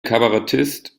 kabarettist